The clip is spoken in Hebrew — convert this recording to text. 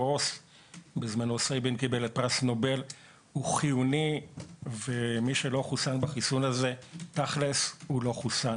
הוא חיוני ומי שלא חוסן בו, תכל'ס לא חוסן.